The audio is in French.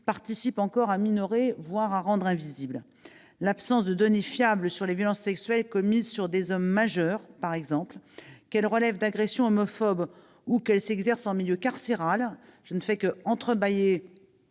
en minorer encore l'ampleur, voire à le rendre invisible. L'absence de données fiables sur les violences sexuelles commises sur des hommes majeurs, qu'elles relèvent d'agressions homophobes ou qu'elles s'exercent en milieu carcéral, illustre bien